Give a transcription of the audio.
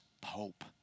pope